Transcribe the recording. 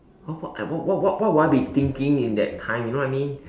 how far I what what what what would I be thinking in that time you know what I mean